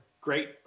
great